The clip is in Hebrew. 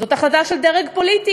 זאת החלטה של דרג פוליטי.